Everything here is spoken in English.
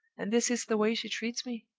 and this is the way she treats me!